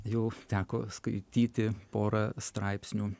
jau teko skaityti porą straipsnių